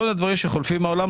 כל הדברים שחולפים מן העולם,